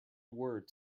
word